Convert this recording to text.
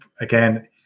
Again